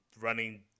running